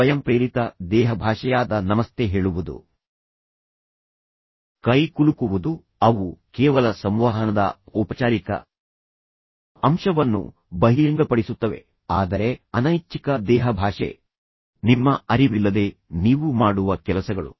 ಸ್ವಯಂಪ್ರೇರಿತ ದೇಹಭಾಷೆಯಾದ ನಮಸ್ತೆ ಹೇಳುವುದು ಕೈಕುಲುಕುವುದು ಅವು ಕೇವಲ ಸಂವಹನದ ಔಪಚಾರಿಕ ಗೆ ಅಂಶವನ್ನು ಬಹಿರಂಗಪಡಿಸುತ್ತವೆ ಆದರೆ ಅನೈಚ್ಛಿಕ ದೇಹಭಾಷೆ ನಿಮ್ಮ ಅರಿವಿಲ್ಲದೆ ನೀವು ಮಾಡುವ ಕೆಲಸಗಳು